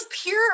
pure